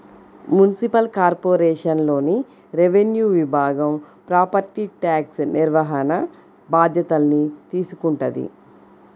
municipal కార్పొరేషన్లోని revenue విభాగం property tax నిర్వహణ బాధ్యతల్ని తీసుకుంటది